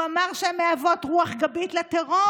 הוא אמר שהן מהוות "רוח גבית לטרור".